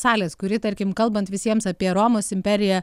salės kuri tarkim kalbant visiems apie romos imperiją